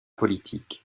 politiques